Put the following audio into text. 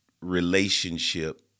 relationship